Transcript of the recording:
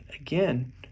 Again